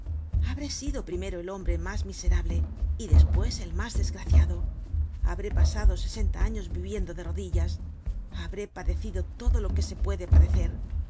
habré sido primero el hombre mas miserable y despues el mas desgraciado habré pasado sesenta años viviendo de rodillas habré padecido todo lo que se puede padecer